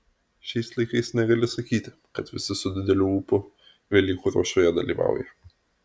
šiais laikais negali sakyti kad visi su dideliu ūpu velykų ruošoje dalyvauja